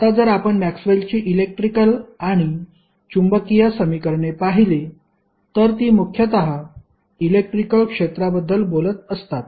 आता जर आपण मॅक्सवेलची इलेक्ट्रिकल आणि चुंबकीय समीकरणे पाहिली तर ती मुख्यतः इलेक्ट्रिकल क्षेत्राबद्दल बोलत असतात